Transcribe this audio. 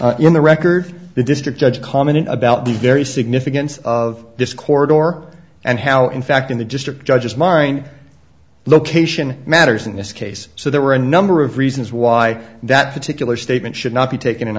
in the record the district judge commenting about the very significance of discord or and how in fact in the district judge's mind location matters in this case so there were a number of reasons why that particular statement should not be taken in